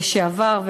לשעבר,